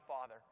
Father